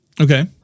Okay